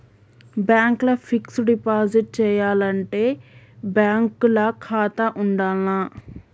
Bank ల fixed deposit చేయాలంటే bank ల ఖాతా ఉండాల్నా?